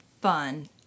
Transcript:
fun